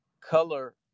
color